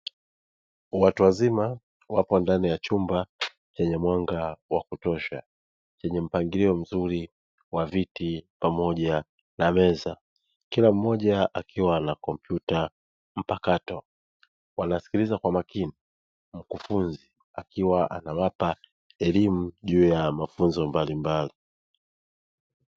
Watu wazima wapo ndani ya chumba chenye mwanga wa kutosha chenye mpangilio mzuri wa viti pamoja na meza, kila mmoja akiwa na kompyuta mpakato wanasikiliza kwa makini mkufunzi akiwa anawapa elimu juu ya mafunzo mbalimbali.